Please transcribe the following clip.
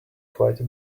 quite